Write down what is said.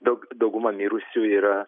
daug dauguma mirusiųjų yra